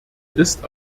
ist